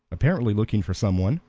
apparently looking for some one.